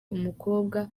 umukobwa